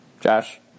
Josh